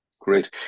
Great